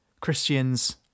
Christians